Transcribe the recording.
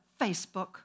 Facebook